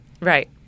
Right